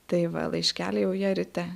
tai va laiškeliai jau jie ryte